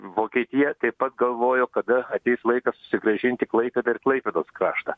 vokietija taip pat galvojo kada ateis laikas susigrąžinti klaipėdą ir klaipėdos kraštą